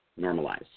normalize